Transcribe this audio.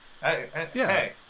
Hey